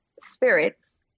spirits